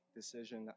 decision